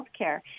healthcare